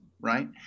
right